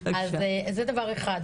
אז זה דבר אחד.